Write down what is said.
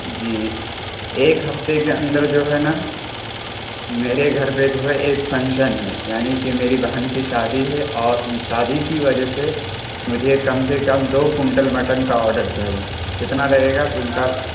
جی ایک ہفتے کے اندر جو ہے نا میرے گھر پہ جو ہے ایک فنکشن ہے یعنی کہ میری بہن کی شادی ہے اور ان شادی کی وجہ سے مجھے کم سے کم دو کنٹل مٹن کا آڈر چاہیے تو کتنا لگے گا ان کا